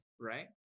right